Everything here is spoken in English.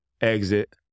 exit